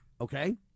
okay